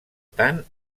tant